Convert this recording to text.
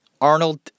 Arnold